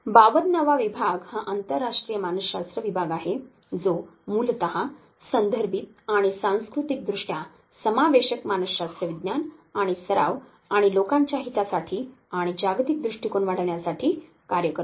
52 वा विभाग हा आंतरराष्ट्रीय मानसशास्त्र विभाग आहे जो मूलत संदर्भित आणि सांस्कृतिकदृष्ट्या समावेशक मानसशास्त्र विज्ञान आणि सराव आणि लोकांच्या हितासाठी आणि जागतिक दृष्टीकोन वाढविण्यासाठी कार्य करते